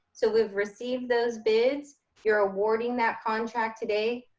so we've received those bids. you're awarding that contract today,